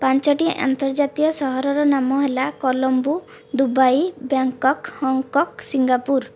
ପାଞ୍ଚଟି ଅନ୍ତର୍ଜାତୀୟ ସହରର ନାମ ହେଲା Colombo Dubai Bangkok Hong Kong Singapore